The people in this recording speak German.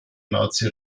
nazi